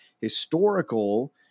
historical –